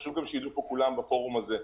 וחשוב שידעו כולם בפורום הזה,